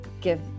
give